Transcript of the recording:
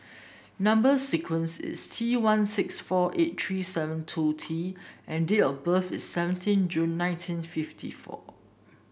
number sequence is T one six four eight three seven two T and date of birth is seventeen June nineteen fifty four